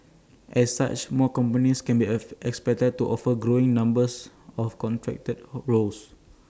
as such more companies can be expected to offer growing numbers of contract roles